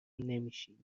نمیشیم